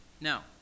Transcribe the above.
Now